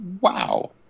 wow